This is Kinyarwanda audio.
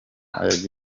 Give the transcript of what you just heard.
yagize